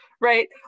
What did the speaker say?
right